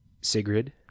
Sigrid